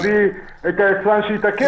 להביא את היצרן שיתקן.